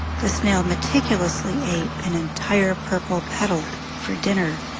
the snail meticulously ate an entire purple petal for dinner